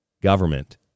government